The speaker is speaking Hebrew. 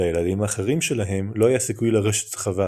לילדים האחרים, שלהם לא היה סיכוי לרשת את החווה,